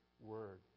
word